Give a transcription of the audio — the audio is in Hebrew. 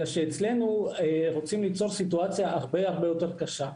אלא שאצלנו רוצים ליצור סיטואציה הרבה יותר קשה,